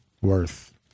worth